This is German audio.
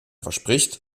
verspricht